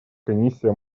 комиссия